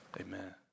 amen